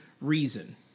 reason